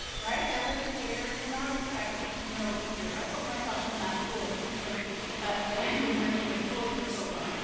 right? as educators, we're not expected to know, either. i put myself in that pool given the fact that i've been working with schools so long.